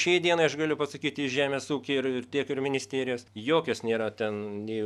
šiai dienai aš galiu pasakyti žemės ūkiai ir tiek ir ministerijos jokios nėra ten nei